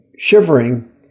shivering